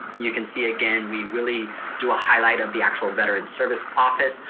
you can see again, we really do a highlight of the actual veterans service office.